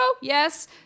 Yes